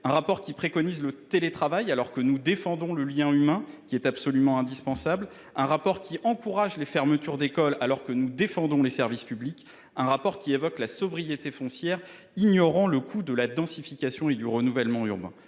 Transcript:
collectivités, préconise le télétravail, alors que nous défendons le lien humain, qui est absolument indispensable, encourage les fermetures d’école, alors que nous défendons les services publics, et, enfin, évoque la sobriété foncière, ignorant le coût de la densification et du renouvellement urbains.